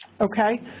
Okay